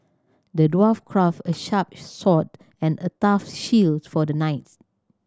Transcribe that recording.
the dwarf crafted a sharp sword and a tough shield for the knight